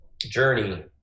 journey